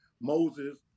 Moses